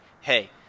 hey